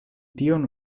tion